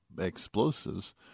explosives